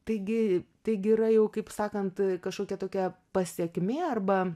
taigi taigi yra jau kaip sakant kažkokia tokia pasekmė arba